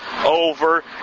Over